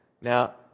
Now